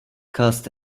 cast